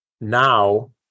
now